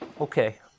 Okay